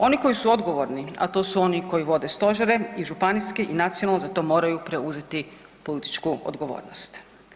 Oni koji su odgovorni, a to su oni koji vode stožere i županijski i nacionalni za to moraju preuzeti političku odgovornost.